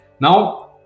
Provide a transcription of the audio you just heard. Now